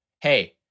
hey